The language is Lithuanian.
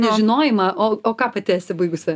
nežinojimą o o ką pati esi baigusi